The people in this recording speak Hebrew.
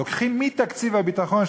לוקחים מתקציב הביטחון,